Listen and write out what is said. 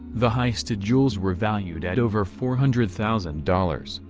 the heisted jewels were valued at over four hundred thousand dollars,